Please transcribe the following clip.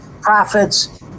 profits